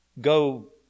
Go